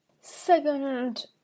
Second